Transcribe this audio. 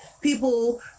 people